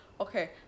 Okay